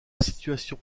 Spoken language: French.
situation